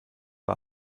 war